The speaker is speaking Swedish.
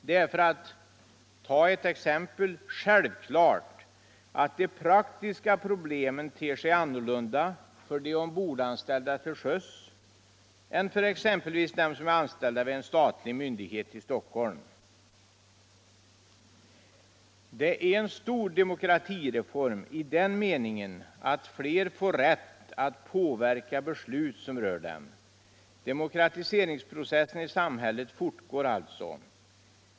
Det är, för att ta ett exempel, självklart att de praktiska problemen ter sig annorlunda för de ombordanställda till sjöss än för dem som är anställda vid en statlig myndighet i Stockholm. Detta är en stor demokratireform i den meningen aut Aer får rätt att påverka beslut som rör dem. Demokratiseringsprocessen i samhället fortgår alltså.